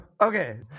okay